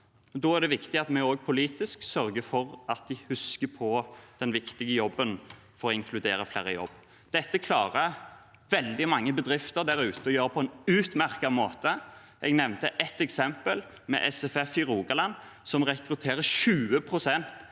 Da er det viktig at vi også politisk sørger for at de husker på den viktige jobben med å inkludere flere i jobb. Dette klarer veldig mange bedrifter der ute å gjøre på en utmerket måte. Jeg nevnte ett eksempel med SFF i Rogaland, som rekrutterer 20 pst.